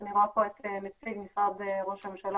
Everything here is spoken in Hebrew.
אני רואה פה את נציג משרד ראש הממשלה,